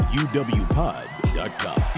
uwpod.com